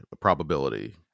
probability